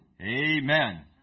Amen